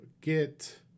get